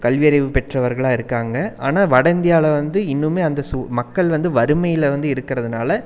கல்வியறிவு பெற்றவர்களாக இருக்காங்க ஆனால் வட இந்தியாவில் வந்து இன்னமுமே அந்த சூ மக்கள் வந்து வறுமையில் வந்து இருக்கிறதுனால